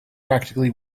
practically